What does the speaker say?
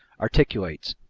articulates,